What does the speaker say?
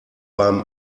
beim